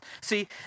See